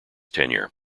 tenure